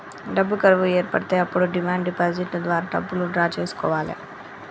డబ్బు కరువు ఏర్పడితే అప్పుడు డిమాండ్ డిపాజిట్ ద్వారా డబ్బులు డ్రా చేసుకోవాలె